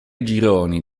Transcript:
gironi